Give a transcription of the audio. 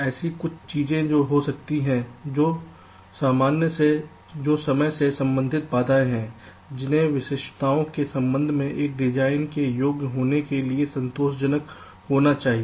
ऐसी कुछ चीजें हो सकती हैं जो समय से संबंधित बाधाएं हैं जिन्हें विशिष्टताओं के संबंध में एक डिजाइन के योग्य होने के लिए संतोषजनक होना चाहिए